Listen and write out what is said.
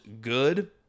good